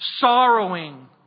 Sorrowing